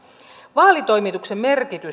vaalitoimituksen merkitys